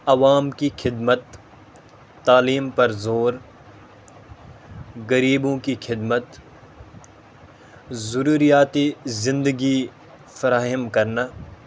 عوام کی خدمت تعلیم پر زور غریبوں کی خدمت ضروریاتی زندگی فراہم کرنا